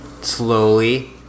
Slowly